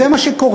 וזה מה שקורה,